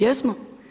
Jesmo.